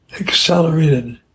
accelerated